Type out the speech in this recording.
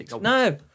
No